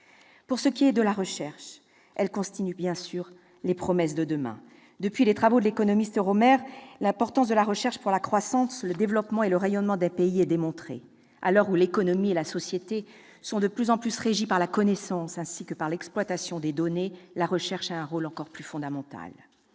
violent. Quant à la recherche, elle constitue bien sûr les promesses de demain. Depuis les travaux de l'économiste Paul Romer, l'importance de la recherche pour la croissance, le développement et le rayonnement d'un pays est démontrée. À l'heure où l'économie et la société sont de plus en plus régies par la connaissance, ainsi que par l'exploitation de données, la recherche a un rôle encore plus fondamental.